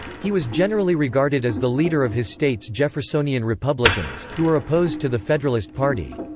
he was generally regarded as the leader of his state's jeffersonian republicans, who were opposed to the federalist party.